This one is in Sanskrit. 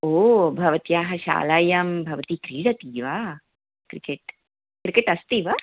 ओ भवत्याः शालायां भवती क्रीडति वा क्रिकेट् क्रिकेट् अस्ति वा